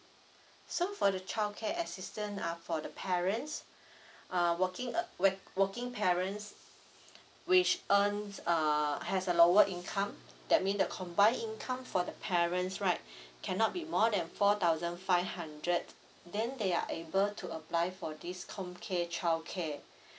so for the childcare assistant uh for the parents uh working wo~ working parents which earn uh has a lower income that mean the combined income for the parents right cannot be more than four thousand five hundred then they are able to apply for this comm care childcare